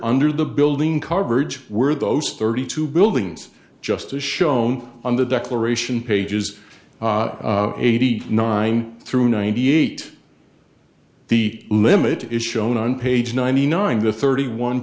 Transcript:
under the building coverage were those thirty two buildings just as shown on the declaration pages eighty nine through ninety eight the limit is shown on page ninety nine the thirty one